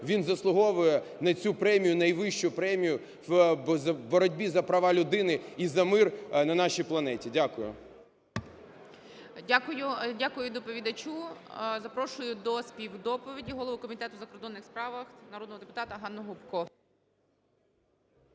він заслуговує на цю премію, найвищу премію в боротьбі за права людини і за мир на нашій планеті. Дякую. ГОЛОВУЮЧИЙ. Дякую. Дякую доповідачу. Запрошую до співдоповіді голову Комітету у закордонних справах народного депутата Ганну Гопко.